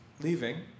leaving